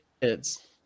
kids